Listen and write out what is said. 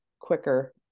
quicker